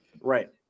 Right